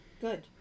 Good